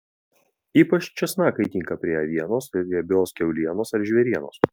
ypač česnakai tinka prie avienos riebios kiaulienos ar žvėrienos